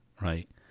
Right